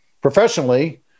professionally